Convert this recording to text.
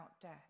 death